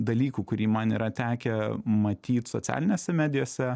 dalykų kurį man yra tekę matyt socialinėse medijose